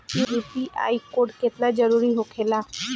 UPI code केतना जरुरी होखेला?